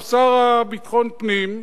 השר לביטחון פנים,